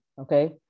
Okay